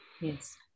yes